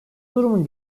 durumun